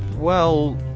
well,